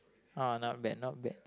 uh not bad not bad